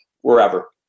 wherever